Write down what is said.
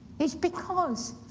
it's because